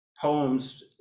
poems